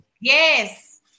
Yes